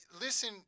listen